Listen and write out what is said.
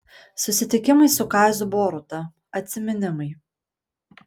susitikimai su kaziu boruta atsiminimai